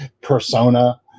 persona